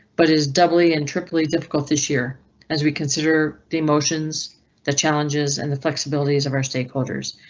but is doubly and triply difficult this year as we consider the emotions that challenges and the flexibility zavar stakeholders.